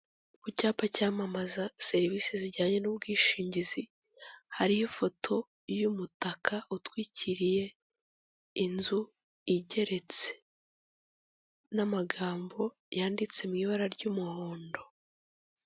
Ku cyapa cyamamaza serivisi zijyanye n'ubwishingizi, hariho ifoto y'umutaka utwikiriye inzu igeretse, n'amagambo yanditse mu ibara ry'umuhondo.